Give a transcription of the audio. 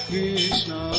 Krishna